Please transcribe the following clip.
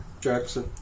Jackson